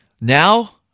now